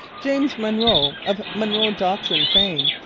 james monroe, of monroe doctrine fame,